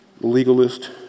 legalist